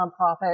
nonprofit